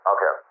Okay